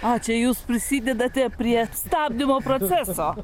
a čia jūs prisidedate prie stabdymo proceso